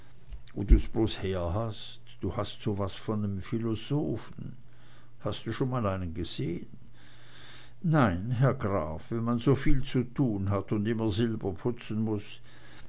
wo du's bloß her hast du hast so was von nem philosophen hast du schon mal einen gesehen nein herr graf wenn man soviel zu tun hat und immer silber putzen muß